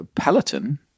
Peloton